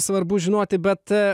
svarbu žinoti bet